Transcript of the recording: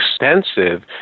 extensive